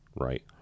right